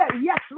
Yes